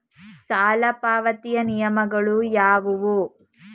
ಸಾಲ ಮರುಪಾವತಿಯ ನಿಯಮಗಳು ಯಾವುವು?